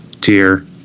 tier